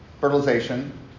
fertilization